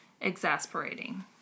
exasperating